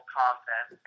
content